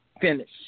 Finish